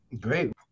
Great